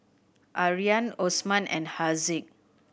Aryan Osman and Haziq